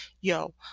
Yo